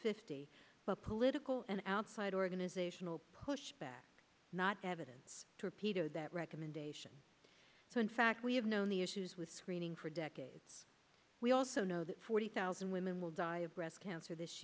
fifty the political and outside organizational pushback not evidence to repeated that recommendation so in fact we have known the issues with screening for decades we also know that forty thousand women will die of breast cancer this